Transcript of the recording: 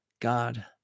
God